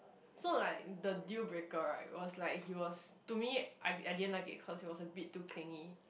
so like the deal breaker right was like he was to me I I didn't like it cause he was a bit too clingy